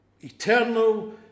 Eternal